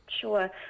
Sure